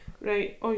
right